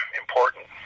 important